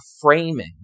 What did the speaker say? framing